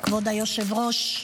כבוד היושב-ראש,